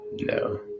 No